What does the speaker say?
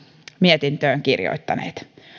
mietintöön kirjoittaneet